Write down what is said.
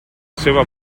seva